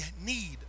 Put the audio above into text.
need